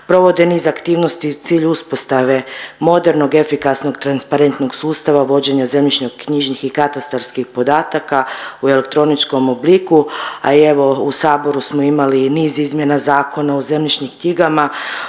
provode nizaktivnosti u cilju uspostave modernog, efikasnog, transparentnog sustava vođenja zemljišno knjižnih i katastarskih podataka u elektroničkom obliku, a i evo u saboru smo imali i niz izmjena zakona o zemljišnim knjigama